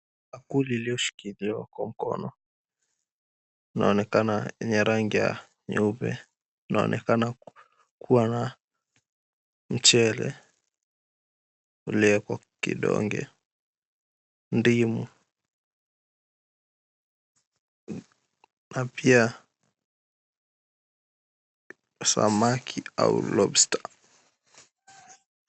Bakuli iliyoshikilia kwa mkono inaonekana yenye rangi ya nyeupe, inaonekana kuwa na mchele uliowekwa kidonge ndimu na pia samaki au lobster .